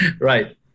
Right